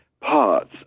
parts